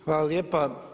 Hvala lijepa.